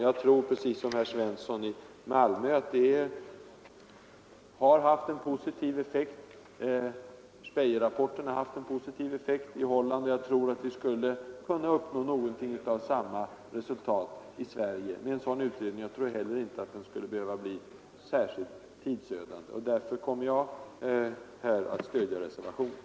Jag tror precis som herr Svensson i Malmö att Speijerrapporten har haft en positiv effekt i Holland och att vi skulle kunna uppnå liknande resultat i Sverige med en sådan utredning. Den skulle heller inte behöva bli särskilt tidsödande. Därför kommer jag att stödja reservationen.